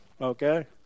okay